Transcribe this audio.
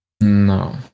No